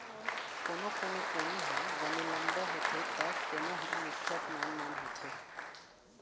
कोनो कोनो पोनी ह बने लंबा होथे त कोनो ह निच्चट नान नान होथे